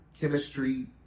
chemistry